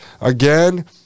Again